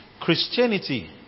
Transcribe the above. Christianity